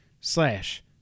slash